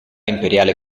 imperiale